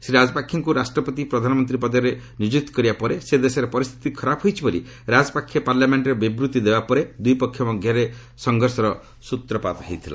ଶ୍ରୀ ରାଜପାକ୍ଷେଙ୍କୁ ରାଷ୍ଟ୍ରପତି ପ୍ରଧାନମନ୍ତ୍ରୀ ପଦରେ ନିଯୁକ୍ତ କରିବା ପରେ ସେ ଦେଶର ପରିସ୍ଥିତି ଖରାପ ହୋଇଛି ବୋଲି ଶ୍ରୀ ରାଜପାକ୍ଷେ ପାର୍ଲାମେଷ୍ଟରେ ବିବୃତ୍ତି ଦେବାପରେ ଦୁଇପକ୍ଷ ମଧ୍ୟରେ ସଂଘର୍ଷର ସ୍ତ୍ରପାତ ହୋଇଥିଲା